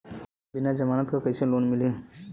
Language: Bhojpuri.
बिना जमानत क कइसे लोन मिली?